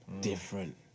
different